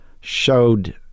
showed